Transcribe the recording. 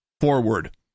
forward